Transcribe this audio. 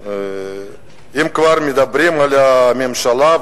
אם כבר מדברים על הממשלה,